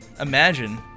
Imagine